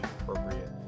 appropriate